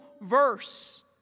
verse